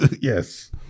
yes